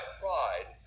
pride